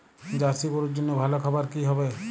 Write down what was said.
Jersey গরুর জন্য ভালো খাবার কি হবে?